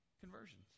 conversions